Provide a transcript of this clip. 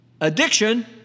addiction